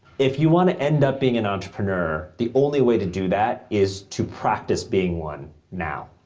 if you wanna end up being an entrepreneur, the only way to do that is to practice being one now.